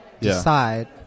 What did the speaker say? decide